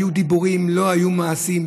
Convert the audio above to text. היו דיבורים, לא היו מעשים.